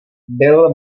byl